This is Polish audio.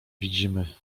widzimy